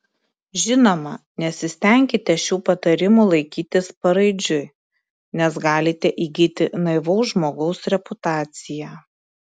žinoma nesistenkite šių patarimų laikytis paraidžiui nes galite įgyti naivaus žmogaus reputaciją